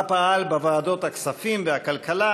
שבה פעל בוועדות הכספים והכלכלה,